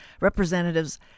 representatives